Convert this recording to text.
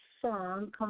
song